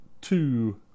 Two